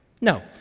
No